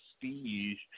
prestige